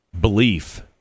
belief